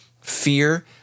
fear